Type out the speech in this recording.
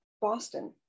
Boston